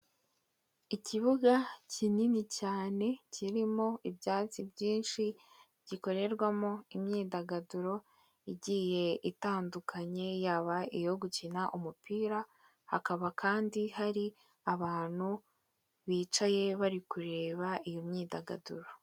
Ikibuga kinini cyane kirimo ibyatsi byinshi gikorerwamo imyidagaduro igiye itandukanye yaba iyo gukina umupira hakaba kandi hari abantu bicaye bari kureba iyo myidagaduro.